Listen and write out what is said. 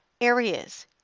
areas